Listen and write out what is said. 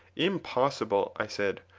impossible i said.